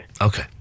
Okay